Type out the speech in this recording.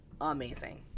amazing